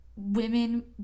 Women